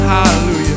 Hallelujah